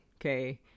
Okay